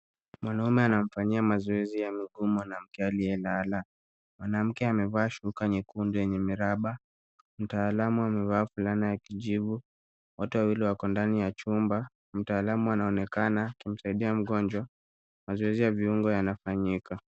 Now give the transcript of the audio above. Mwanamume anamfanyia mazoezi ya miguu mwanamke aliyelala. Mwanamke amevaa shuka nyekundu yenye miraba, mtaalamu amevaa fulana ya kijivu. Wote wawili wako ndani ya chumba, mtaalamu anaonekana akimsaidia mgonjwa. Mazoezi ya viungo yanafanyika.